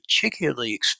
particularly